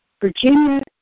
Virginia